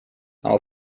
i’ll